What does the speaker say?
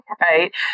right